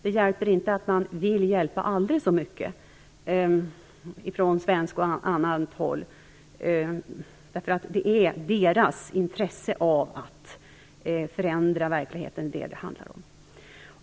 Det hjälper inte att man vill hjälpa aldrig så mycket från svenskt och annat håll. Det är de kinesiska myndigheternas intresse av att förändra verkligheten som det handlar om.